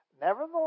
Nevertheless